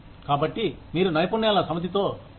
కాబట్టి మీరు నైపుణ్యాల సమితితో వస్తారు